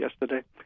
yesterday